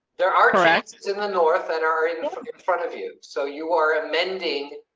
there are in are in the north that are in front of you so you are amending.